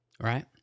right